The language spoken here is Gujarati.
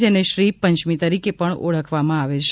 જેને શ્રી પંચમી તરીકે પણ ઓળખવામાં આવે છે